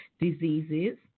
diseases